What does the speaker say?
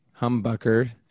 humbucker